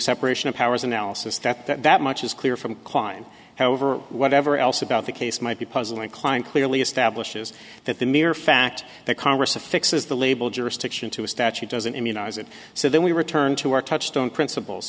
separation of powers analysis that that much is clear from kline however whatever else about the case might be puzzling klein clearly establishes that the mere fact that congress affixes the label jurisdiction to a statute doesn't immunize it so then we return to our touchstone principles